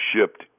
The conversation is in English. shipped